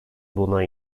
buna